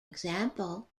example